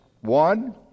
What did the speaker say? One